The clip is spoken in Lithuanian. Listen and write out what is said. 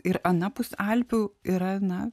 ir anapus alpių yra na